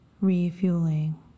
refueling